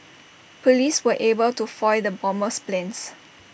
Police were able to foil the bomber's plans